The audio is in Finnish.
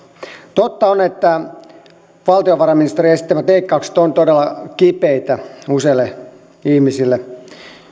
totta on että valtiovarainministerin esittämät leikkaukset ovat todella kipeitä useille ihmisille